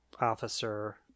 officer